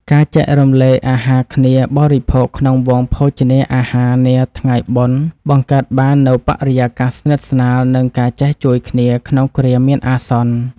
ការចែករំលែកអាហារគ្នាបរិភោគក្នុងវង់ភោជនាអាហារនាថ្ងៃបុណ្យ បង្កើតបាននូវបរិយាកាសស្និទ្ធស្នាល និងការចេះជួយគ្នាក្នុងគ្រាមានអាសន្ន។